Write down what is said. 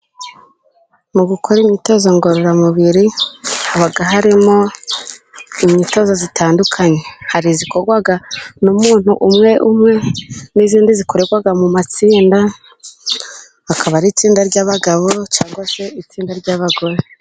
Mu gukora imyitozo ngororamubiri haba harimo imyitozo itandukanye. Hari izikorwa n' umuntuntu umwe umwe, n'izindi zikorerwa mu matsinda, akaba ari itsinda ry'abagabo cyangwa se itsinda ry'abagore.